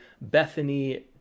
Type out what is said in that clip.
Bethany